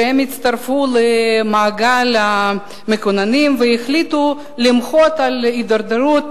הצטרפה למעגל המקוננים והחליטה למחות על ההידרדרות